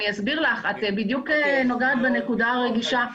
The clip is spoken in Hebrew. את בדיוק נוגעת בנקודה הרגישה.